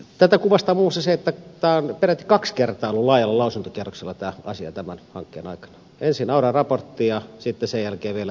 tätä kuvastaa muun muassa se että tämä asia on peräti kaksi kertaa ollut laajalla lausuntokierroksella tämän hankkeen aikana ensin auran raportti ja sen jälkeen vielä itse lakiesitys